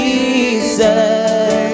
Jesus